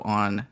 on